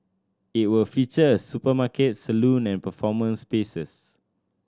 it will feature a supermarket salon and performance spaces